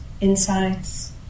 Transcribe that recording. insights